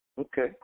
Okay